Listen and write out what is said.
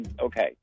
Okay